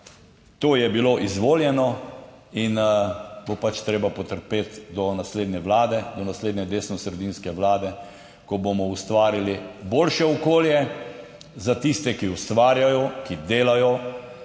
to je bilo izvoljeno in bo pač treba potrpeti do naslednje vlade, do naslednje desnosredinske vlade, ko bomo ustvarili boljše okolje za tiste, ki ustvarjajo, ki delajo,